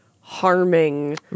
harming